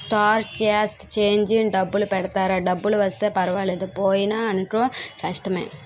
star cast changing డబ్బులు పెడతారా డబ్బులు వస్తే పర్వాలేదు పోయినాయనుకో కష్టమే